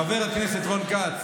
חבר הכנסת רון כץ,